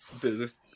booth